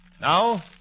Now